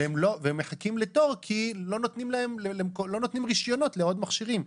הם מחכים לתור כי לא נותנים רישיונות לעוד מכשירים.